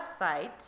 website